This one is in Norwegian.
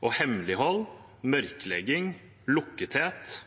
Og hemmelighold, mørklegging og lukkethet